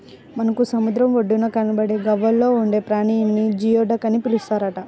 మనకు సముద్రం ఒడ్డున కనబడే గవ్వల్లో ఉండే ప్రాణిని జియోడక్ అని పిలుస్తారట